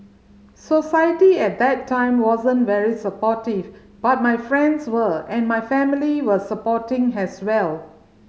society at that time wasn't very supportive but my friends were and my family were supporting has well